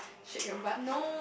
shake your butt